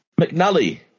McNally